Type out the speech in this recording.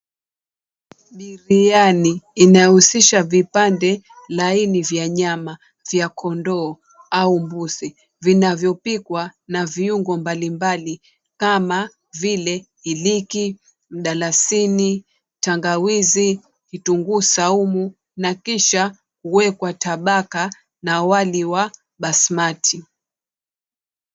Biriani inayohusisha vipande laini vya nyama vya kondoo au mbuzi vinavyopikwa na viungo mbalimbali kama vile iliki, mdalasini, tangawizi, vitunguu saumu na kisha huwekwa tabaka na wali wa basmati .